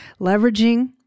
leveraging